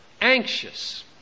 anxious